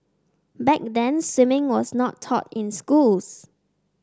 back then swimming was not taught in schools